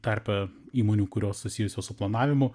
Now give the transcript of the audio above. tarpe įmonių kurios susijusios su planavimu